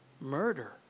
murder